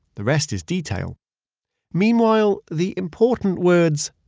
the rest is detail meanwhile, the important words,